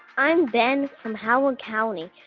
i'm ben from howard county,